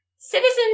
Citizens